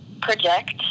project